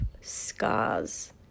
scars